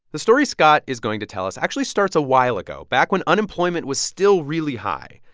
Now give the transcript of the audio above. the story scott is going to tell us actually starts a while ago, back when unemployment was still really high.